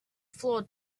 floor